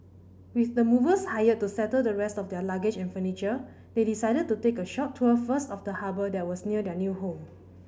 with the movers hired to settle the rest of their luggage and furniture they decided to take a short tour first of the harbour that was near their new home